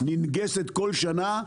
ננגסת כל שנה,